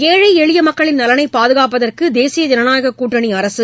எழை எளிய மக்களின் நலனை பாதுகாப்பதற்கு தேசிய ஜனநாயகக் கூட்டணி அரசு